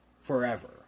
forever